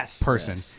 Person